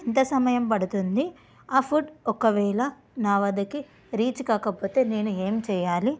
ఎంత సమయం పడుతుంది ఆ ఫుడ్ ఒకవేళ నా వద్దకి రీచ్ కాకపోతే నేను ఏం చేయాలి